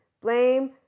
blame